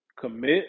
commit